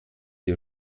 ihr